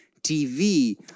TV